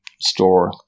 store